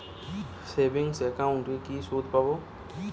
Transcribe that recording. Savings একাউন্টে কি সুদ পাব?